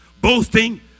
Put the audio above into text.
boasting